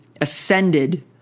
ascended